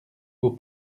aux